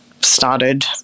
started